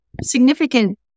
significant